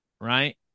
Right